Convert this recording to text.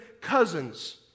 cousins